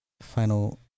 Final